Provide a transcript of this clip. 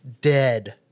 dead